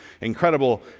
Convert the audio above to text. incredible